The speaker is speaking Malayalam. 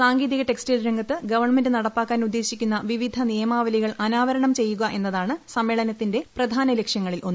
സാങ്കേതിക ടെക്സ്റ്റൈൽ രംഗത്ത് ഗവൺമെന്റ് നടപ്പാക്കാൻ ഉദ്ദേശിക്കുന്ന വിവിധ നിയമാവലികൾ അനാവരണം ചെയ്യുക എന്നതാണ് സമ്മേളനത്തിന്റെ പ്രധാന ലക്ഷ്യങ്ങളിൽ ഒന്ന്